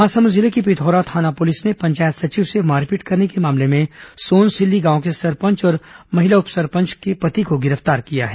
महासमुंद जिले की पिथौरा थाना पुलिस ने पंचायत सचिव से मारपीट करने के मामले में सोनसिल्ली गांव के सरपंच और महिला उप सरपंच के पति को गिरफ्तार किया है